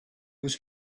was